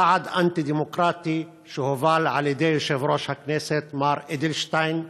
צעד אנטי-דמוקרטי שהובל על ידי יושב-ראש הכנסת מר אדלשטיין,